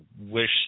wish